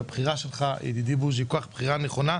הבחירה שלך, ידידי בוז'י, היא בחירה כל כך נכונה.